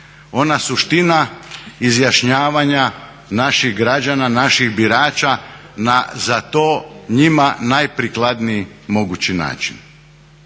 ona suština izjašnjavanja naših građana, naših birača na za to njima najprikladniji mogući način.